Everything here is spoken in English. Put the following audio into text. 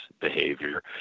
behavior